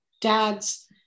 dad's